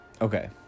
Okay